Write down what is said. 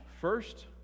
First